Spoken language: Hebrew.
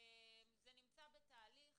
זה נמצא בתהליך.